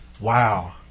Wow